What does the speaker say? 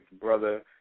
Brother